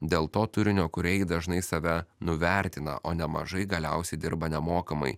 dėl to turinio kūrėjai dažnai save nuvertina o nemažai galiausiai dirba nemokamai